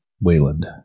Wayland